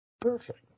Perfect